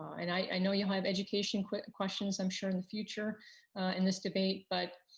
and i know you have education quick questions, i'm sure in the future in this debate, but